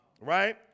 right